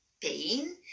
pain